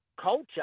culture